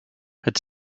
had